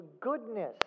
goodness